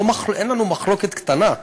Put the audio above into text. אין לנו מחלוקת קטנה,